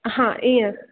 हा ईअं